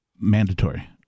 mandatory